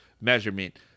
measurement